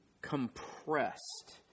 compressed